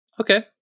okay